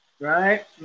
right